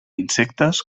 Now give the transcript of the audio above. insectes